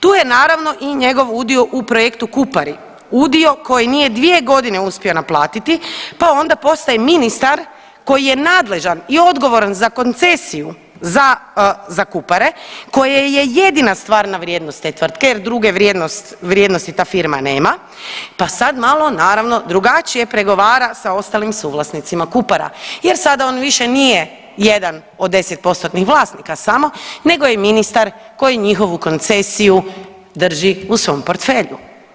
Tu je naravno i njegov udio u projektu Kupari, udio koji nije dvije godine uspio naplatiti, pa onda postaje ministar koji je nadležan i odgovoran za koncesiju za KUpare koja je jedina stvarna vrijednost te tvrtke jer druge vrijednosti ta firma nema, pa sad malo naravno drugačije pregovara sa ostalim suvlasnicima Kupara jer sada on više nije jedan od 10 postotnih vlasnika samo, nego je ministar koji njihovu koncesiju drži u svom portfelju.